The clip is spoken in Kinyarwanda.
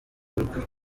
ruguru